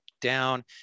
down